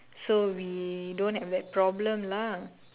so we don't have that problem lah